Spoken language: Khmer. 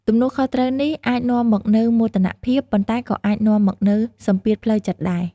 ទំនួលខុសត្រូវនេះអាចនាំមកនូវមោទនភាព ប៉ុន្តែក៏អាចនាំមកនូវសម្ពាធផ្លូវចិត្តដែរ។